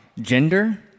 gender